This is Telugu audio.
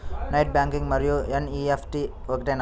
నెట్ బ్యాంకింగ్ మరియు ఎన్.ఈ.ఎఫ్.టీ ఒకటేనా?